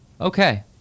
Okay